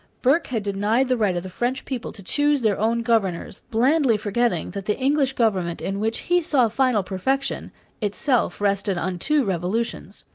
burke had denied the right of the french people to choose their own governors, blandly forgetting that the english government in which he saw final perfection itself rested on two revolutions.